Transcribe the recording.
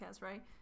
right